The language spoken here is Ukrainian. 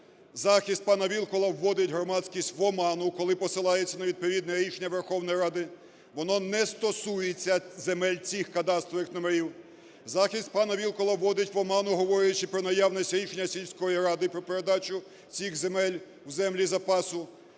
захист пана Вілкула вводить громадськість в оману, коли посилається на відповідне рішення Верховної Ради, воно не стосується земель цих кадастрових номерів. Захист пана Вілкула вводить в оману, говорячи про наявність рішення сільської ради про передачу цих земель в землі запасу.